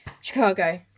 Chicago